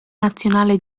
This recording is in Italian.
nazionale